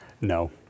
No